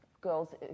girls